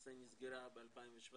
שלמעשה היא נסגרה ב-2017,